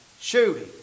shooting